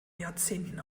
jahrzehnten